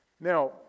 Now